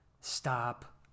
Stop